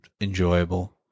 enjoyable